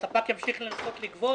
הספק ימשיך לנסות לגבות.